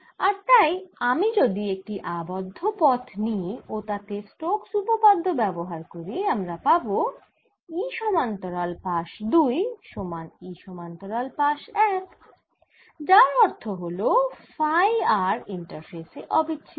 আর তাই আমি যদি একটি আবদ্ধ পথ নিই ও তাতে স্টোক্স উপপাদ্য ব্যবহার করি আমরা পাবো E সমান্তরাল পাশ 2 সমান E সমান্তরাল পাশ 1 যার অর্থ হল ফাই r ইন্টারফেসে অবিচ্ছিন্ন